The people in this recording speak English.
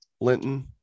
Linton